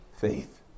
faith